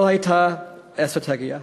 לא הייתה אסטרטגיה.